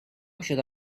should